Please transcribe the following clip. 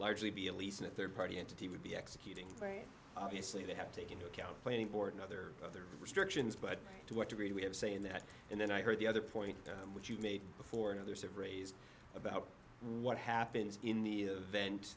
largely be at least a rd party entity would be executing very obviously they have to take into account planning board and other other restrictions but to what degree we have say in that and then i heard the other point which you made before and others have raised about what happens in the event